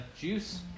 juice